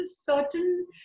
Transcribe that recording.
certain